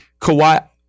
Kawhi